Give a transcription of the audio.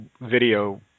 video